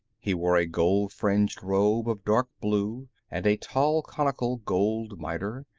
he wore a gold-fringed robe of dark blue, and a tall conical gold miter,